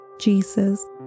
Jesus